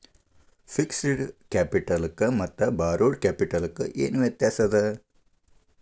Fixed ಕ್ಯಾಪಿಟಲಕ್ಕ ಮತ್ತ borrowed ಕ್ಯಾಪಿಟಲಕ್ಕ ಏನ್ ವ್ಯತ್ಯಾಸದ?